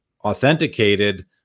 authenticated